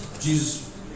Jesus